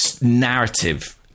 narrative